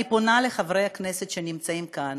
אני פונה אל חברי הכנסת שנמצאים כאן